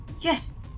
Yes